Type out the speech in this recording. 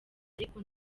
ariko